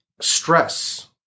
stress